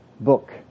book